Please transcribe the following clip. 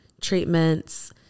treatments